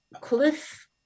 Cliff